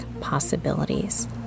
possibilities